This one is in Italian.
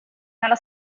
nella